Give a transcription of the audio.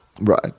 right